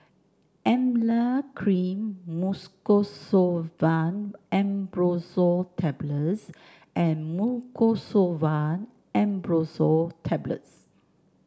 Emla Cream Mucosolvan AmbroxoL Tablets and Mucosolvan AmbroxoL Tablets